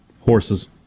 Horses